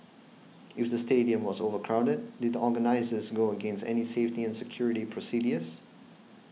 if the stadium was overcrowded did the organisers go against any safety and security procedures